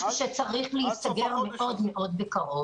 זה משהו שצריך להסגר מאוד בקרוב.